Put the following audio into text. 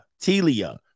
Telia